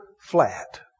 flat